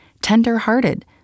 tender-hearted